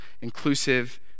inclusive